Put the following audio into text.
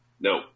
No